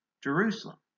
Jerusalem